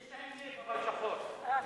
רבותי, אני לא ארשה להפריע לו.